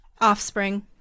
Offspring